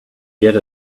get